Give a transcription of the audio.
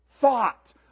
thought